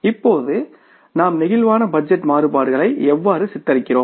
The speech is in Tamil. இப்போது நாம் பிளேக்சிபிள் பட்ஜெட் மாறுபாடுகளை எவ்வாறு சித்தரிக்கிறோம்